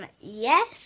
yes